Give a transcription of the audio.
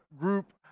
group